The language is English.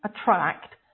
attract